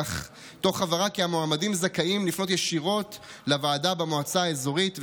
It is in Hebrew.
תוך הבהרה כי המועמדים זכאים לפנות ישירות לוועדה במועצה האזורית,